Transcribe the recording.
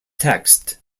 text